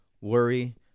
worry